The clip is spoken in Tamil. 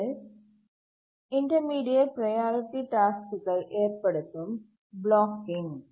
அது இன்டர்மீடியட் ப்ரையாரிட்டி டாஸ்க்குகள் ஏற்படுத்தும் பிளாக்கிங்